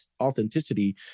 authenticity